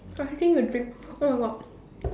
I taking a drink oh-my-God